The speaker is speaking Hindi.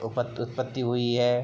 उपत उत्पत्ति हुई है